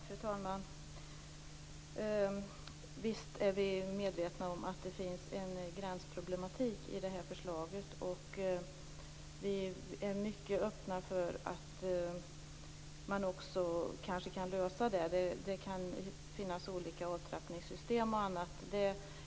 Fru talman! Visst är vi medvetna om att det finns en gränsproblematik i det här förslaget. Vi är mycket öppna för att lösa det problemet. Det kan finnas olika avtrappningssystem och annat.